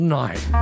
night